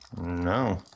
No